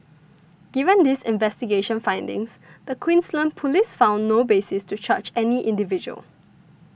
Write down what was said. given these investigation findings the Queensland Police found no basis to charge any individual